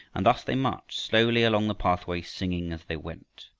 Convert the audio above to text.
and thus they marched slowly along the pathway singing as they went.